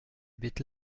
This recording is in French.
bêtes